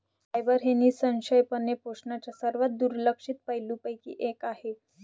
fibre हे निःसंशयपणे पोषणाच्या सर्वात दुर्लक्षित पैलूंपैकी एक आहे